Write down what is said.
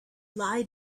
lie